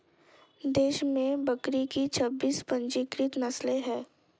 देश में बकरी की छब्बीस पंजीकृत नस्लें हैं